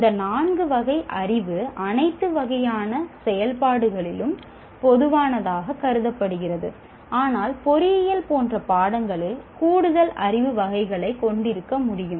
இந்த நான்கு வகை அறிவு அனைத்து வகையான செயல்பாடுகளிலும் பொதுவானதாகக் கருதப்படுகிறது ஆனால் பொறியியல் போன்ற பாடங்களில் கூடுதல் அறிவு வகைகளை கொண்டிருக்க முடியும்